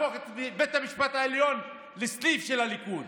אתם רוצים להפוך את בית המשפט העליון לסניף של הליכוד.